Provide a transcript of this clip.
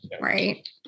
right